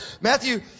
Matthew